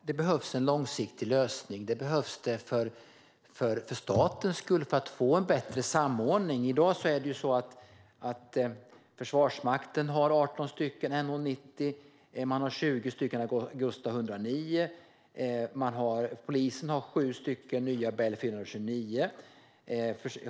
Herr talman! För statens skull och för en bättre samordning behövs en långsiktig lösning. I dag har Försvarsmakten 18 NH90 och 20 Agusta A109. Polisen har 7 nya Bell 429.